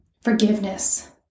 forgiveness